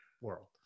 world